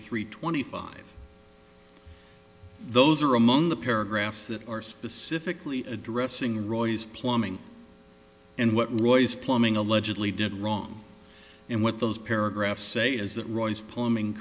three twenty five those are among the paragraphs that are specifically addressing roy's plumbing and what roy's plumbing allegedly did wrong and what those paragraphs say is that roy's plumbing